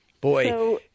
Boy